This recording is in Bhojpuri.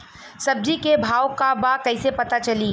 सब्जी के भाव का बा कैसे पता चली?